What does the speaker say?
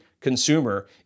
consumer